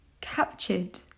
captured